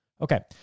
Okay